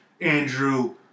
Andrew